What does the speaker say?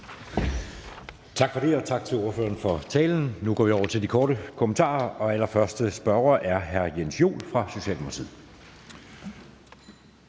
(Jeppe Søe): Tak til ordføreren for talen. Nu går vi over til de korte bemærkninger, og allerførste spørger er hr. Jens Joel fra Socialdemokratiet.